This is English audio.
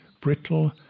brittle